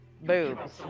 boobs